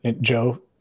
Joe